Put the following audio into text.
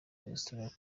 restaurant